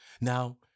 Now